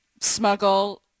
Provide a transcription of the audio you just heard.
smuggle